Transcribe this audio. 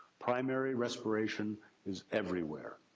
primary respiration is everywhere.